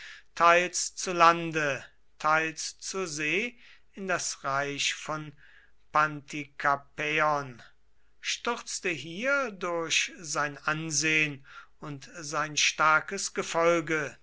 teils zu lande teils zur see in das reich von pantikapäon stürzte hier durch sein ansehen und sein starkes gefolge